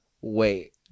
wait